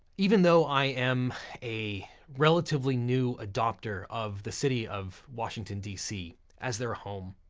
even though i am a relatively new adopter of the city of washington dc as their home,